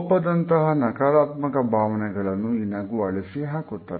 ಕೋಪದಂತಹ ನಕಾರಾತ್ಮಕ ಭಾವನೆಗಳನ್ನು ಈ ನಗು ಅಳಿಸಿಹಾಕುತ್ತದೆ